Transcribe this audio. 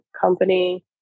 company